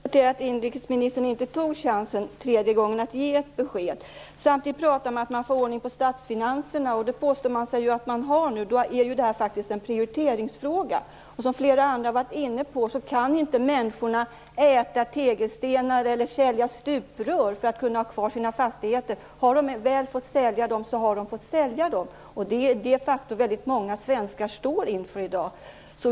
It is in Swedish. Fru talman! Jag konstaterar att inrikesministern inte tog chansen den tredje gången att ge besked. Samtidigt pratar man om att få ordning på statsfinanserna, och det påstår man att man har nu. Då är det här faktiskt en prioriteringsfråga. Som flera andra har varit inne på kan människor inte äta tegelstenar eller sälja stuprör för att ha kvar sina fastigheter. Har de väl fått sälja dem, så har de fått sälja dem. Det är det faktum som väldigt många svenskar står inför i dag.